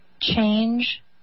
change